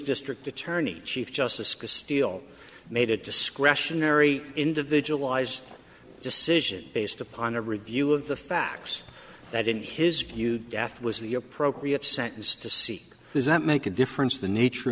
district attorney chief justice chris steele made a discretionary individualized decision based upon a review of the facts that in his view death was the appropriate sentence to seek does that make a difference the nature